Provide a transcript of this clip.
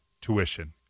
tuition